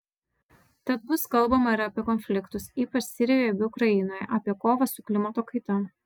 tad bus kalbama ir apie konfliktus ypač sirijoje bei ukrainoje apie kovą su klimato kaita